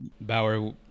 Bauer